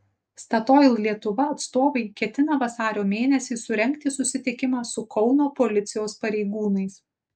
statoil lietuva atstovai ketina vasario mėnesį surengti susitikimą su kauno policijos pareigūnais